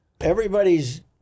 Everybody's